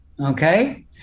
Okay